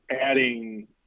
adding